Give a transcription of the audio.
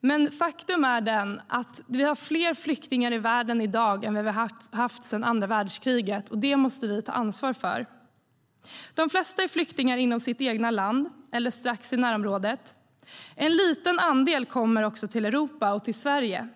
Men faktum är att vi har fler flyktingar i världen i dag än vi har haft sedan andra världskriget. Det måste vi ta ansvar för. De flesta är flyktingar inom sitt eget land eller i närområdet. En liten andel kommer också till Europa och till Sverige.